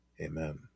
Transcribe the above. Amen